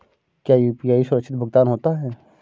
क्या यू.पी.आई सुरक्षित भुगतान होता है?